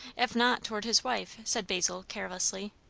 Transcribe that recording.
if not toward his wife? said basil carelessly.